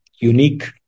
unique